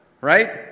right